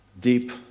Deep